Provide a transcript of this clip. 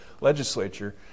legislature